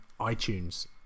iTunes